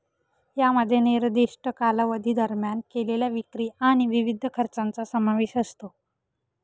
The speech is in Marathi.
यामध्ये निर्दिष्ट कालावधी दरम्यान केलेल्या विक्री आणि विविध खर्चांचा समावेश असतो